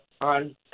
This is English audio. on